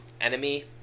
Enemy